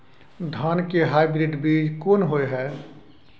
धान के हाइब्रिड बीज कोन होय है?